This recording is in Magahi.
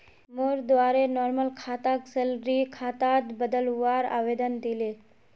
मोर द्वारे नॉर्मल खाताक सैलरी खातात बदलवार आवेदन दिले